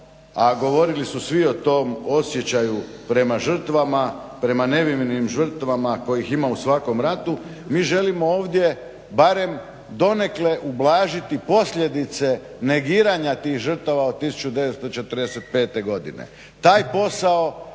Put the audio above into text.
a govorili su svi o tom osjećaju prema žrtvama, prema nevinim žrtvama kojih ima u svakom ratu mi želimo ovdje barem donekle ublažiti posljedice negiranja tih žrtava od 1945. godine. Taj posao